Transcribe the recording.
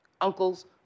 uncles